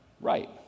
right